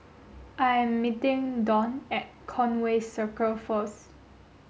I am meeting Donn at Conway Circle first